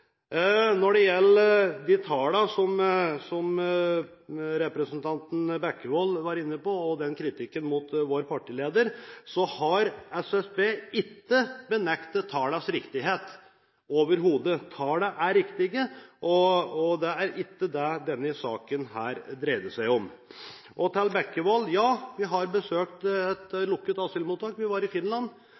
Når det gjelder tallene som representanten Bekkevold var inne på og kritikken mot vår partileder, har SSB overhodet ikke benektet tallenes riktighet. Tallene er riktige, og det er ikke det denne saken her dreier seg om. Til Bekkevold: Ja, vi har besøkt et lukket asylmottak. Vi var i Finland